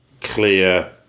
clear